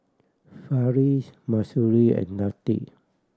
Farish Mahsuri and Latif